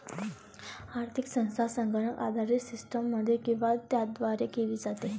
आर्थिक संस्था संगणक आधारित सिस्टममध्ये किंवा त्याद्वारे केली जाते